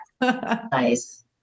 Nice